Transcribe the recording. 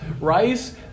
rice